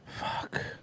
Fuck